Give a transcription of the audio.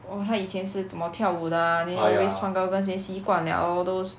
我问她以前是怎么跳舞的啊 then always 穿高跟鞋习惯了 all those